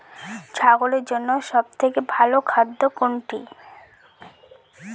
ছাগলের জন্য সব থেকে ভালো খাদ্য কোনটি?